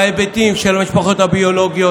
בהיבטים של המשפחות הביולוגיות,